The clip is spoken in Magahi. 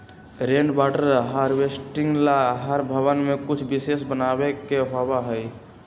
रेन वाटर हार्वेस्टिंग ला हर भवन में कुछ विशेष बनावे के होबा हई